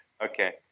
Okay